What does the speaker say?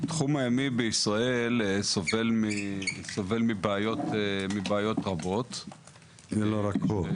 התחום הימי בישראל סובל מבעיות רבות --- ולא רק הוא.